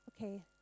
okay